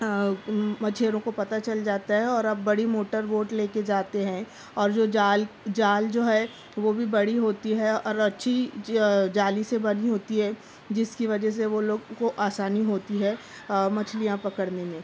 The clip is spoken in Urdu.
مچھیروں کو پتہ چل جاتا ہے اور اب بڑی موٹر بوٹ لے کے جاتے ہیں اور جو جال جال جو ہے وہ بھی بڑی ہوتی ہے اور اچھی جالی سے بندھی ہوتی ہے جس کی وجہ سے وہ لوگوں کو آسانی ہوتی ہے مچھلیاں پکڑنے میں